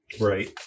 Right